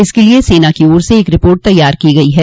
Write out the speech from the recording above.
इसके लिये सेना की ओर से एक रिपोर्ट तैयार की गई है